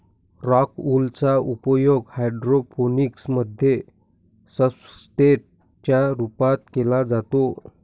rock wool चा उपयोग hydroponics मध्ये सब्सट्रेट च्या रूपात केला जातो